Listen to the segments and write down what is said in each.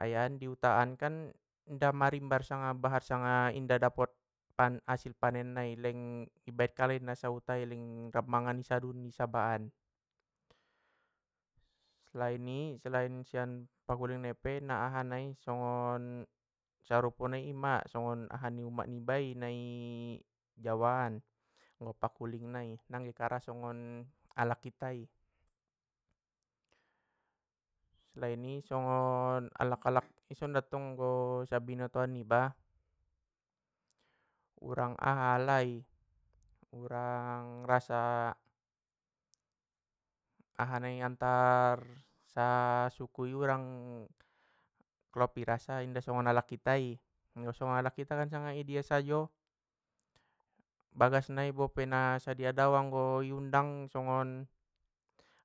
ayah an i huta an kan, inda marimbar sanga bahat sanga inda dapot tan hasil panen nai leng i baen kalai na huta i leng mangan i sadun i saba an, selain- i selain sian paguling ni eme songon sarupo nai ima songon aha ni umak nibai i jawa an, pakkuling nai nang be karas songon halak hita i, selain i songon alak alak i son dottong bo sa pambinotan niba, urang aha alai urang? Rasa, ahanai antar sa suku nai urang klop i rasa inda songon alak ita i sanga i dia sajo bagas nai bope na dao pala i undang songon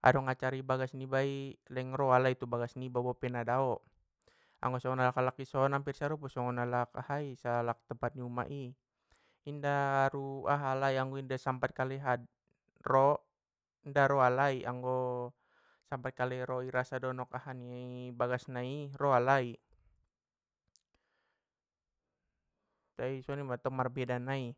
adong acara i bagas niba i leng ro alai tu bagas nibai bope na dao, anggo songon alak alak i son hampir sarupo songon alak ahai i sa halak tempat ni umak i inda aru aha alai anggo inda sampat kalai ha- ro, inda ro alai, anggo sampat kalai ro i sangka donok bagas nii, ro alai, tai songoni mattong marbeda nai.